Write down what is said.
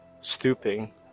Stooping